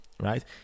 right